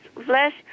flesh